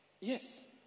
Yes